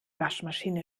waschmaschine